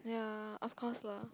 ya of course lah